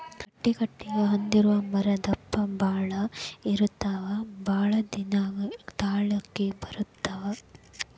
ಗಟ್ಟಿ ಕಟಗಿ ಹೊಂದಿರು ಮರಾ ದಪ್ಪ ಬಾಳ ಇರತಾವ ಬಾಳದಿನಾ ತಾಳಕಿ ಬರತಾವ